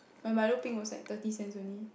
my milo peng was like thirty cents only